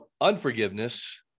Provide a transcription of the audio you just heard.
unforgiveness